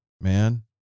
man